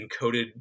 encoded